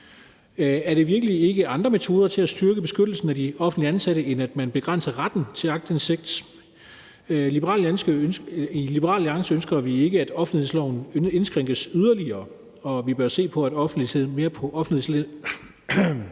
Er der virkelig ikke andre metoder til at styrke beskyttelsen af de offentligt ansatte, end at man begrænser retten til aktindsigt? I Liberal Alliance ønsker vi ikke, at offentlighedsloven indskrænkes yderligere, og vi bør se mere på offentlighedsloven